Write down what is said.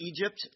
Egypt